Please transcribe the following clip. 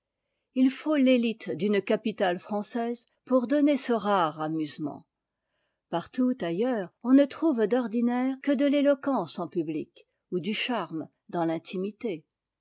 il faut t'étite d'une capitale française pour donner ce rare amusement partout ailleurs on ne trouve d'ordinaire que de l'éloquence en public ou du charme dans t'intimité